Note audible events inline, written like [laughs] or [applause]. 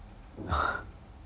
[laughs]